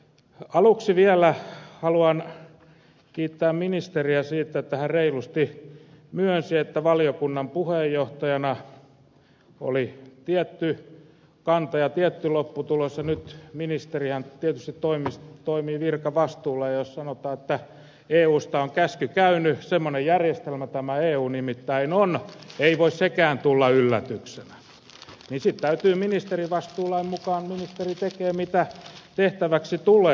aluksi vielä haluan kiittää ministeriä siitä että hän reilusti myönsi että valiokunnan puheenjohtajana hänellä oli tietty kanta ja syntyi tietty lopputulos ja nyt ministerihän tietysti toimii virkavastuulla ja jos sanotaan että eusta on käsky käynyt semmoinen järjestelmä tämä eu nimittäin on ei voi sekään tulla yllätyksenä niin sitten täytyy ministerivastuulain mukaan ministerin tehdä mitä tehtäväksi tulee